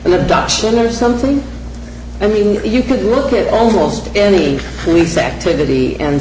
an adoption or something i mean you could look at almost any police activity and